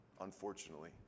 unfortunately